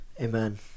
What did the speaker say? Amen